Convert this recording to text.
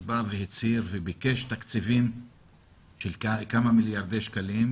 ביקש תקציבים של כמה מיליארדי שקלים,